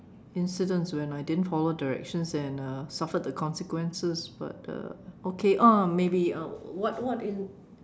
incidents when I didn't follow directions and uh suffered the consequences but uh okay uh maybe uh what what in